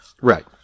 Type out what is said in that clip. Right